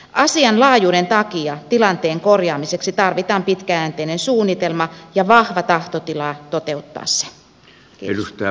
asian laajuuden takia tilanteen korjaamiseksi tarvitaan pitkäjänteinen suunnitelma ja vahva tahtotila toteuttaa se